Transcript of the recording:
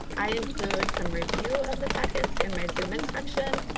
i include some review of the packets in my zoom instruction.